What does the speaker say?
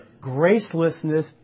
gracelessness